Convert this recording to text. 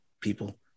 people